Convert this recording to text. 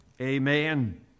Amen